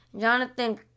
Jonathan